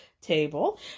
table